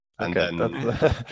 Okay